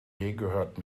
gehört